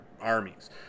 armies